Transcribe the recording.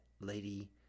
lady